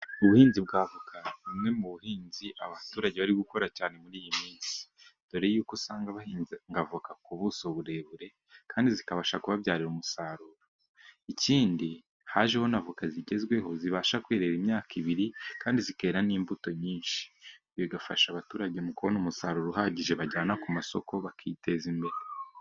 Ubuhinzi bwa avoka, bumwe mu buhinzi abaturage bari gukora cyane muri iyi minsi, dore yuko usanga abahinga avoka, ku buso burebure kandi zikabasha kubyarira umusaruro, ikindi hajeho n'avoka zigezweho zibasha kwerera imyaka ibiri kandi zikera n'imbuto nyinshi, bifasha abaturage mu kubona umusaruro uhagije, bajyana ku masoko bakiteza imbere.